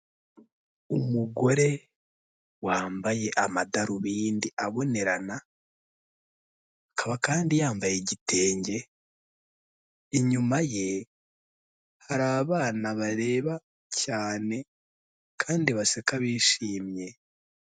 Umugore wambaye amadarubindi abonerana, akaba kandi yambaye igitenge, inyuma ye hari abana bareba cyane kandi baseka bishimye.